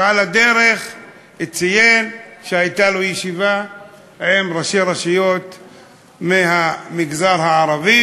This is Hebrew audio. ועל הדרך ציין שהייתה לו ישיבה עם ראשי רשויות מהמגזר הערבי,